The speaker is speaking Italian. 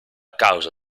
causa